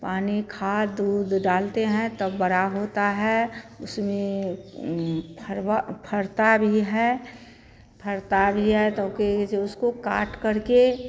पानी खाद ऊद डालते हैं तब बड़ा होता है उसमें फलवा फलता भी है फलता भी है तो ओ के ऐसे उसको काटकर के